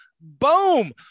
Boom